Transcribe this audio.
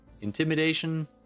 intimidation